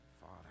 father